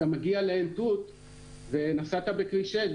אתה מגיע לעין תות ונסעת בכביש 6,